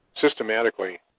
systematically